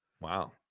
Wow